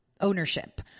ownership